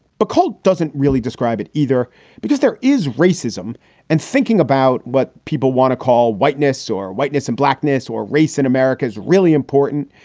but it doesn't really describe it either because there is racism and thinking about what people want to call whiteness or whiteness and blackness or race in america is really important.